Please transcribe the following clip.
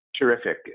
Terrific